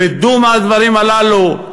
רדו מהדברים הללו,